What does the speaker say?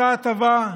אותה הטבה,